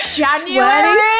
January